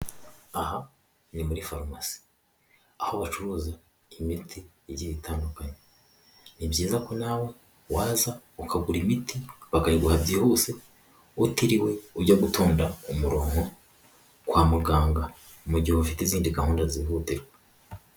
Aha ni muri pharmacy, aho bacuruza imiti igiye itandukanye. Ni byiza ko nawe waza ukagura imiti, bakayiguha byihuse, utiriwe ujya gutonda umurongo kwa muganga, mu gihe ufite izindi gahunda zihutirwa.